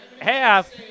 half